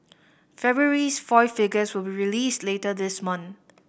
February's foil figures will be released later this month